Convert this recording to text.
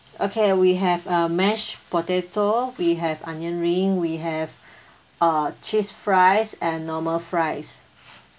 okay we have uh mashed potato we have onion ring we have uh cheese fries and normal fries